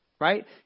right